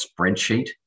spreadsheet